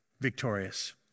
victorious